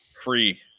free